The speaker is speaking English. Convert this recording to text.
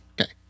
Okay